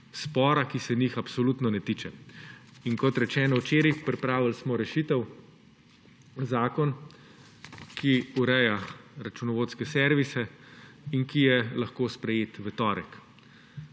spora, ki se njih absolutno ne tiče. Kot je bilo rečeno včeraj, pripravili smo rešitev, zakon, ki ureja računovodske servise in ki je lahko sprejet v torek.